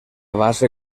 base